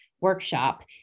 workshop